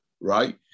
right